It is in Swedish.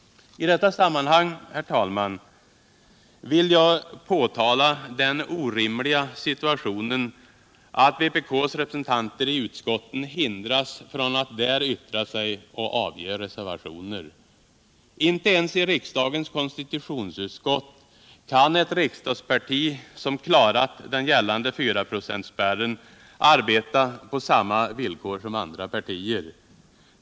I detta sammanhang, herr talman, vill jag påtala den orimliga situationen att vpk:s representanter i utskotten hindras från att där yttra sig och avge reservationer. Inte ens i riksdagens konstilutionsutskott kan ett riksdagsparti - som klarat den gällande fyraprocentsspärren — arbeta på samma villkor som andra partier.